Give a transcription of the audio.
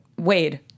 Wade